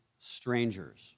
strangers